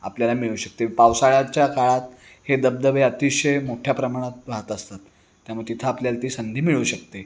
आपल्याला मिळू शकते पावसाळ्याच्या काळात हे धबधबे अतिशय मोठ्या प्रमाणात वाहत असतात त्यामुळं तिथं आपल्याला ती संधी मिळू शकते